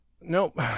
Nope